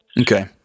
Okay